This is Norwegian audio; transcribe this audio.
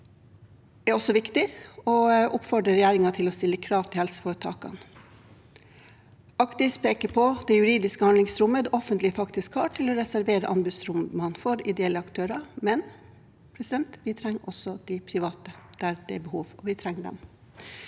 er også viktige, og jeg oppfordrer regjeringen til å stille krav til helseforetakene. Actis peker på det juridiske handlingsrommet det offentlige faktisk har til å reservere anbudsrunder for ideelle aktører, men vi trenger også de private der det er behov, vi trenger dem.